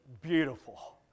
beautiful